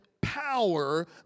power